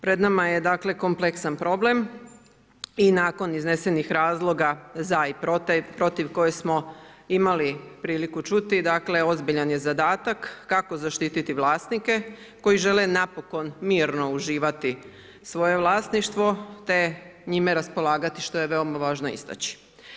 Pred nama je kompleksan problem i nakon iznesenih razloga za i protiv koji smo imali priliku čuti ozbiljan je zadatak kako zaštititi vlasnike koji žele napokon mirno uživati svoje vlasništvo te njime raspolagati što je veoma važno istaknuti.